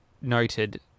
noted